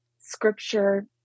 scripture